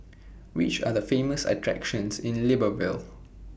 Which Are The Famous attractions in Libreville